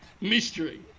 mystery